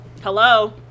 Hello